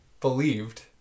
believed